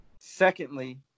Secondly